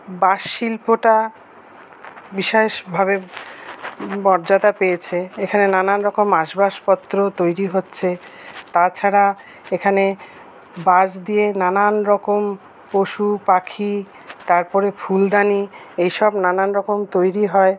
বাঁশ শিল্পটা বিশেষভাবে মর্যাদা পেয়েছে এখানে নানারকম আসবাবপত্র তৈরি হচ্ছে তাছাড়া এখানে বাঁশ দিয়ে নানারকম পশু পাখি তারপরে ফুলদানি এইসব নানারকম তৈরি হয়